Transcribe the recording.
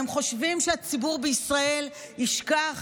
אתם חושבים שהציבור בישראל ישכח?